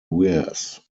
wears